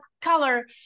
color